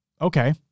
Okay